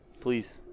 Please